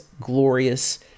glorious